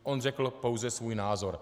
On řekl pouze svůj názor.